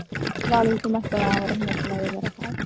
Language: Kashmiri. وعلیکم السلام ورحمتُہ اللہ وَبرکاتہ